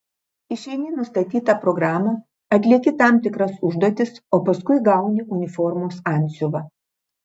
išeini nustatytą programą atlieki tam tikras užduotis o paskui gauni uniformos antsiuvą